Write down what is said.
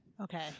Okay